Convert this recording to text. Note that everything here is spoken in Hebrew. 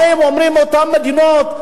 באות ואומרת אותן מדינות,